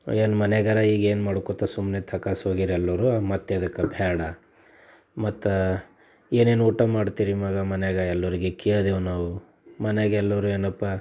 ಏನು ಮನೆಯಾಗರೆ ಈಗೇನು ಮಾಡ್ಕೊಳ್ತ ಸುಮ್ಮನೆ ಥಕಾಸಿ ಹೋಗಿರು ಎಲ್ಲರು ಮತ್ತೆ ಯಾತಕ್ಕೆ ಬೇಡ ಮತ್ತೆ ಏನೇನು ಊಟ ಮಾಡ್ತೀರಿ ಮಗ ಮನೆಯಾಗ ಎಲ್ಲರಿಗೆ ಕೇಳ್ದೇವು ನಾವು ಮನೆಯಾಗ ಎಲ್ಲರು ಏನಪ್ಪ